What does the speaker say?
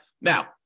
Now